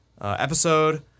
episode